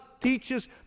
teaches